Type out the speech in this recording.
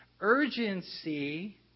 urgency